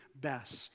best